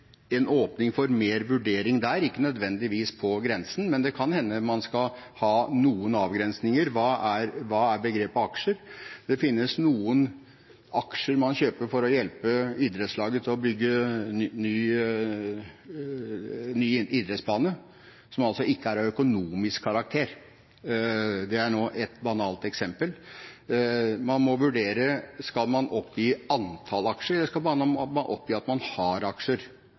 en åpning for mer vurdering der – ikke nødvendigvis av grensen, men det kan hende man skal ha noen avgrensninger av hva som ligger i begrepet aksjer. Det finnes noen aksjer man kjøper for å hjelpe idrettslaget til å bygge ny idrettsbane, som altså ikke er av økonomisk karakter. Det er ett banalt eksempel. Man må vurdere: Skal man oppgi antall aksjer, eller skal man bare oppgi at man har aksjer